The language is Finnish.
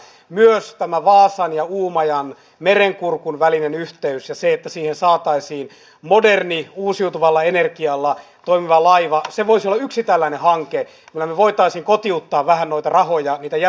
tästä on kysymys että silloin kun tehdään jonkun ihmisryhmän kannalta todella hankalia päätöksiä niin silloin pitää voida opposition kysyä haastaa ja yrittää vaikuttaa siihen että huonot päätökset perutaan